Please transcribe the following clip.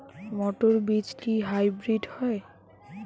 মটর বীজ কি হাইব্রিড হয়?